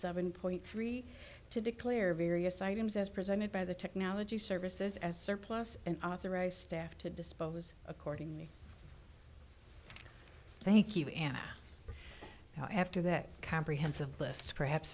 point three to declare various items as presented by the technology services as surplus and authorize staff to dispose accordingly thank you anna after that comprehensive list perhaps